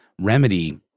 remedy